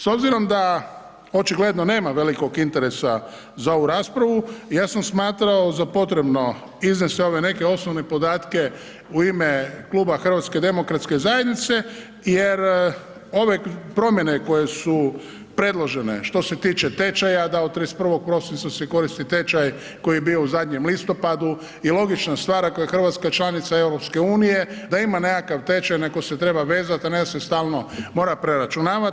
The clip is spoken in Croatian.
S obzirom da očigledno nema velikog interesa za ovu raspravu ja sam smatrao za potrebno iznesti ove neke osnovne podatke u ime Kluba HDZ-a jer ove promjene koje su predložene što se tiče tečaja da od 31. prosinca se koristi tečaj koji je bio u zadnjem listopadu i logična stvar ako je Hrvatska članica EU da ima nekakav tečaj na koji se treba vezati, a ne da se stalno mora preračunavati.